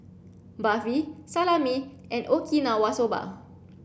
Barfi Salami and Okinawa Soba